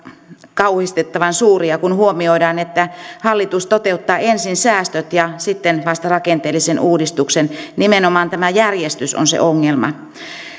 kauhistuttavan suuria kun huomioidaan että hallitus toteuttaa ensin säästöt ja sitten vasta rakenteellisen uudistuksen nimenomaan tämä järjestys on se ongelma